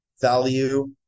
value